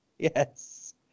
Yes